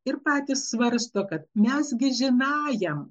ir patys svarsto kad mes gi žinajam